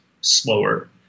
slower